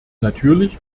natürlich